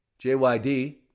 JYD